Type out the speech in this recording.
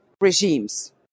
regimes